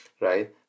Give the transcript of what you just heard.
right